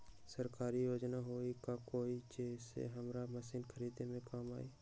सरकारी योजना हई का कोइ जे से हमरा मशीन खरीदे में काम आई?